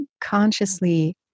consciously